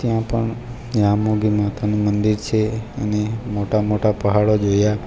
ત્યાં પણ યામૂગી માતાનું મંદિર છે અને મોટા મોટા પહાડો જોયા